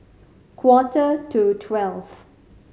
quarter to twelve